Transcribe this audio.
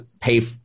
pay